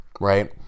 right